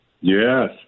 Yes